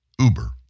Uber